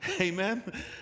Amen